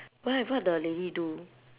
why what the lady do